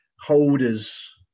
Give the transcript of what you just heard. holders